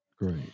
Great